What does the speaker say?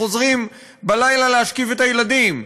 חוזרים בלילה להשכיב את הילדים,